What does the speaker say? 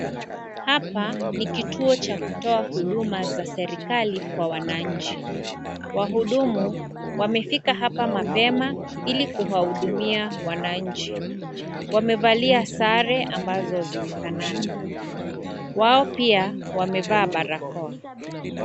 Hapa ni kituo cha kutoa huduma za serikali kwa wananchi. Wahudumu wamefika hapa mapema, ili kuwahudumia wananchi. Wamevalia sare ambazo zimefanana. Wao pia, wamevaa barakoa.